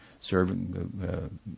serving